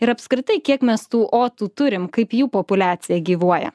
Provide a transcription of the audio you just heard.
ir apskritai kiek mes tų otų tu turim kaip jų populiacija gyvuoja